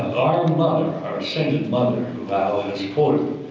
mother, our ascended mother who al has quoted,